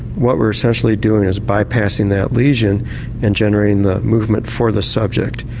what we're essentially doing is bypassing that lesion and generating the movement for the subject.